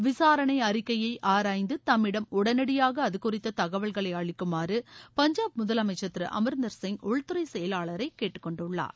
விசாரணை அறிக்கையை ஆராய்ந்து தம்மிடம் உடனடியாக அதுகுறித்த தகவல்களை அளிக்குமாறு பஞ்சாப் முதலமைச்சர் திரு அம்ரிந்தர் சிங் உள்துறை செயலாளரை கேட்டுக்கொண்டுள்ளார்